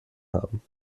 haben